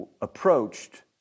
approached